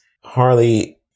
Harley